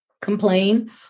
complain